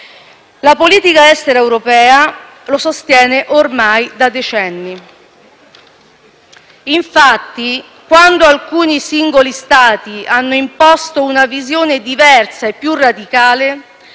La politica estera europea lo sostiene ormai da decenni. Infatti, quando alcuni singoli Stati hanno imposto una visione diversa e più radicale,